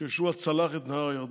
שיהושע צלח את נהר הירדן.